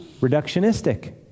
reductionistic